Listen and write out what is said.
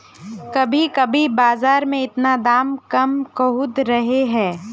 कभी कभी बाजार में इतना दाम कम कहुम रहे है?